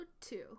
two